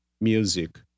music